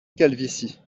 calvitie